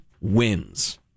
wins